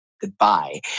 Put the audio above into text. Goodbye